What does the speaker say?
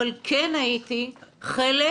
אבל הייתי חלק